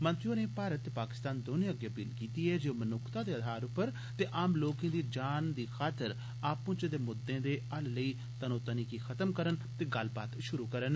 मंत्री होरें भारत ते पाकिस्तान दौने अग्गे अपील कीती ऐ जे ओ मनुक्खता दे आधार पर ते आम लोकें दी जान दी खातर आपु चै दे मुददे दे हल लेई तनोतनी गी खत्म करन ते गल्लबात शुरू करन